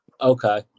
Okay